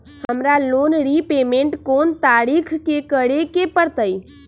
हमरा loan repayment कोन तारीख के करे के परतई?